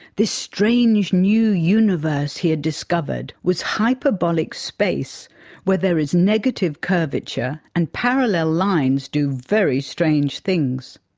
this strange new universe he had discovered was hyperbolic space where there is negative curvature, and parallel lines do very strange things.